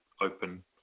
open